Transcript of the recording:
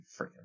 freaking